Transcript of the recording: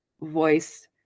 voice